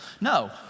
No